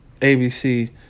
ABC